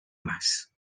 más